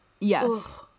Yes